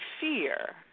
fear